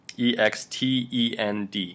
extend